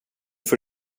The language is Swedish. får